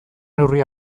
neurri